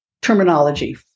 terminology